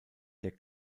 der